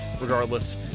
regardless